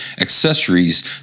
accessories